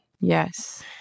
Yes